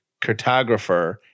cartographer